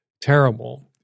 terrible